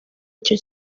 icyo